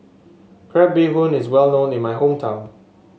Crab Bee Hoon is well known in my hometown